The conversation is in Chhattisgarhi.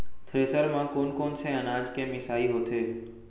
थ्रेसर म कोन कोन से अनाज के मिसाई होथे?